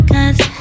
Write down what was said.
Cause